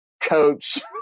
coach